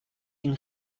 این